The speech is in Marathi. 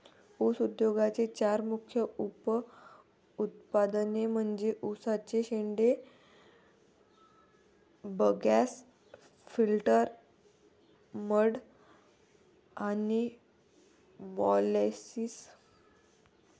ऊस उद्योगाचे चार मुख्य उप उत्पादने म्हणजे उसाचे शेंडे, बगॅस, फिल्टर मड आणि मोलॅसिस